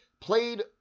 played